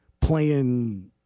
playing